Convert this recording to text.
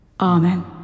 Amen